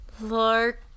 Lord